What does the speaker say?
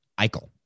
Eichel